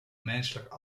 menselijke